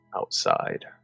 outside